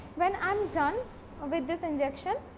when am done with this injection